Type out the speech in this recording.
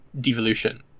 devolution